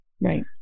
right